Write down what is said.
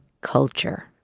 culture